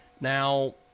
Now